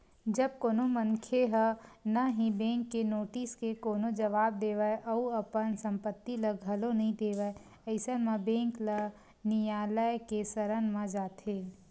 जब कोनो मनखे ह ना ही बेंक के नोटिस के कोनो जवाब देवय अउ अपन संपत्ति ल घलो नइ देवय अइसन म बेंक ल नियालय के सरन म जाथे